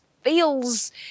feels